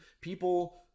people